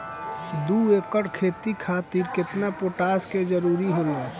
दु एकड़ खेती खातिर केतना पोटाश के जरूरी होला?